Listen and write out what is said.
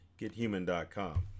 GetHuman.com